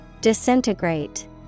Disintegrate